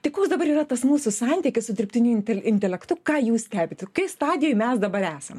tai koks dabar yra tas mūsų santykis su dirbtiniu intele intelektu ką jūs stebite kokioj stadijoj mes dabar esam